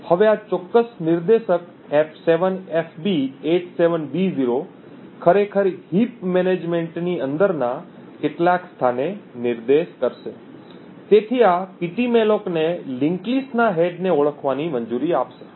હવે આ ચોક્કસ નિર્દેશક f7fb87b0 ખરેખર હીપ મેનેજમેન્ટની અંદરના કેટલાક સ્થાને નિર્દેશ કરશે તેથી આ પીટીમેલોક ને લિંક્ડ લિસ્ટ ના હેડ ને ઓળખવાની મંજૂરી આપશે